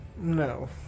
No